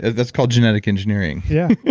that's called genetic engineering. yeah.